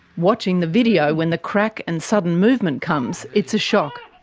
watching the video, when the crack and sudden movement comes, it's a shock.